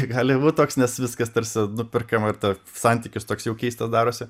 gali būt toks nes viskas tarsi nuperkama ir ta santykius toks jau keistas darosi